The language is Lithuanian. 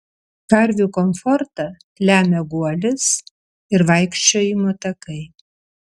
karvių komfortą lemia guolis ir vaikščiojimo takai